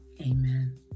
Amen